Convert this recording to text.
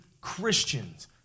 Christians